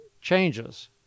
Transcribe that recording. changes